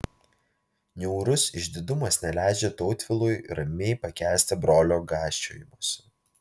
niaurus išdidumas neleidžia tautvilui ramiai pakęsti brolio gąsčiojimosi